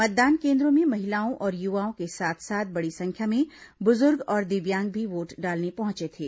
मतदान केन्द्रों में महिलाओं और युवाओं के साथ साथ बड़ी संख्या में बुजुर्ग और दिव्यांग भी वोट डालने पहुंचे थे